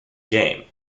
game